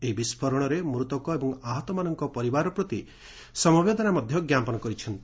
ଏହି ବିସ୍ଫୋରଣରେ ମୃତକ ଏବଂ ଆହତମାନଙ୍କ ପରିବାର ପ୍ରତି ସମବେତନା ଜ୍ଞାପନ କରିଛନ୍ତି